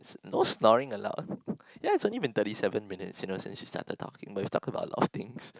no snoring allowed ya it's been thirty seven minutes you know since we started talking but we talking about a lot of things